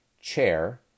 chair